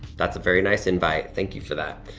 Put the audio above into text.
that's a very nice invite thank you for that.